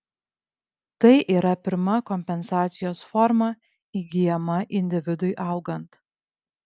tai yra pirma kompensacijos forma įgyjama individui augant